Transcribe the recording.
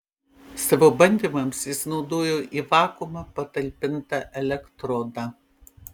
savo bandymams jis naudojo į vakuumą patalpintą elektrodą